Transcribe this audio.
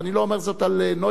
ואני לא אומר את זה על נויבך,